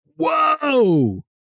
Whoa